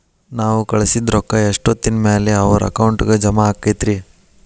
ನಾವು ಕಳಿಸಿದ್ ರೊಕ್ಕ ಎಷ್ಟೋತ್ತಿನ ಮ್ಯಾಲೆ ಅವರ ಅಕೌಂಟಗ್ ಜಮಾ ಆಕ್ಕೈತ್ರಿ?